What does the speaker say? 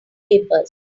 papers